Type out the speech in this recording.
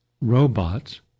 robots